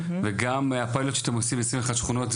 כמו מה שאתם עושים ב-21 שכונות,